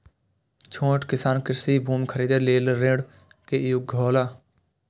छोट किसान कृषि भूमि खरीदे लेल ऋण के योग्य हौला?